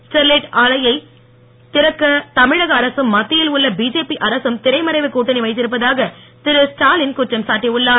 Sterlite ஆலையை திறக்க தமிழக அரசும் மத்தியில் உள்ள பிஜேபி அரசும் திரைமறைவு கூட்டணி வைத்திருப்பதாக திரு ஸ்டாவின் குற்றம் சாட்டி உளளார்